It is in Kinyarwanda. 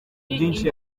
byinshi